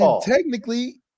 technically